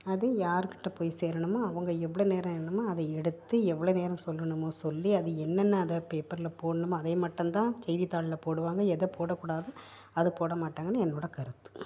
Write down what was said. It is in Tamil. அது யாருக்கிட்டே போய் சேரணுமோ அவங்க எவ்வளோ நேரம் என்னமோ அதை எடுத்து எவ்வளோ நேரம் சொல்லணுமோ சொல்லி அது என்னென்னு அதை பேப்பரில் போடணுமா அதை மட்டும் தான் செய்தித்தாளில் போடுவாங்க எதை போடக்கூடாதோ அதை போட மாட்டாங்கன்னு என்னோட கருத்து